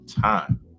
time